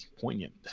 poignant